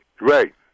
Right